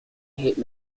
hit